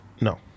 No